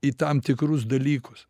į tam tikrus dalykus